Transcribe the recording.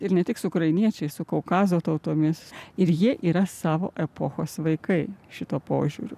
ir netik su ukrainiečiais su kaukazo tautomis ir jie yra savo epochos vaikai šituo požiūriu